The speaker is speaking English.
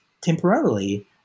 temporarily